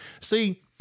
See